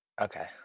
okay